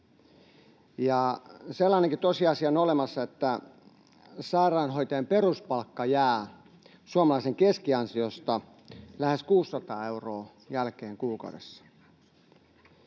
ja sellainenkin tosiasia on olemassa, että sairaanhoitajan peruspalkka jää suomalaisen keskiansiosta lähes 600 euroa jälkeen kuukaudessa.